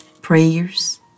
prayers